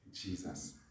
Jesus